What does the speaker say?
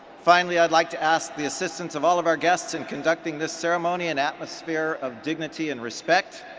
finally i'd like to ask the assistance of all of our guests in conducting this ceremony and atmosphere of dignity and respect.